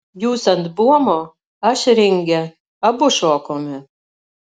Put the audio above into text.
jūs ant buomo aš ringe abu šokome